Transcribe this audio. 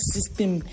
System